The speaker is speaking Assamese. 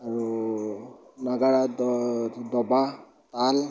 আৰু নাগাৰা দবা তাল